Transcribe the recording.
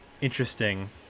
interesting